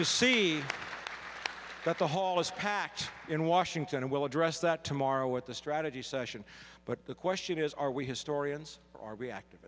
to see that the hall is packed in washington and we'll address that tomorrow at the strategy session but the question is are we historians or reactive